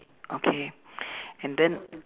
okay and then